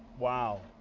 wow.